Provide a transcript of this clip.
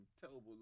terrible